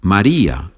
María